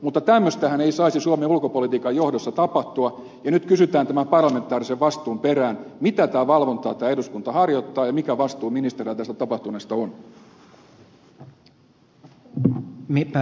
mutta tämmöistähän ei saisi suomen ulkopolitiikan johdossa tapahtua ja nyt kysytään tämän parlamentaarisen vastuun perään mitä valvontaa tämä eduskunta harjoittaa ja mikä vastuu ministereillä tästä tapahtuneesta on